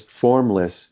formless